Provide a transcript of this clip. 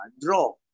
draw